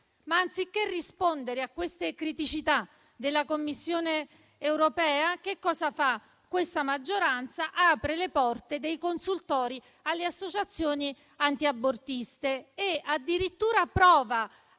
Anziché rispondere a queste criticità rilevate dalla Commissione europea, che cosa fa questa maggioranza? Apre le porte dei consultori alle associazioni antiabortiste e addirittura prova